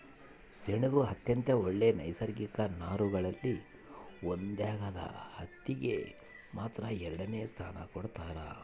ಸೆಣಬು ಅತ್ಯಂತ ಒಳ್ಳೆ ನೈಸರ್ಗಿಕ ನಾರುಗಳಲ್ಲಿ ಒಂದಾಗ್ಯದ ಹತ್ತಿಗೆ ಮಾತ್ರ ಎರಡನೆ ಸ್ಥಾನ ಕೊಡ್ತಾರ